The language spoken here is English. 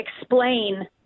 explain